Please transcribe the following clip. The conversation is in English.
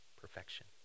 perfection